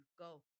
Go